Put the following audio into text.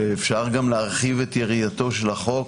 אפשר להרחיב את יריעת החוק